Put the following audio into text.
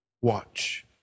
watch